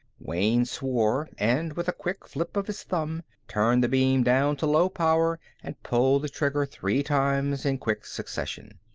wayne swore and, with a quick flip of his thumb, turned the beam down to low power and pulled the trigger three times in quick succession.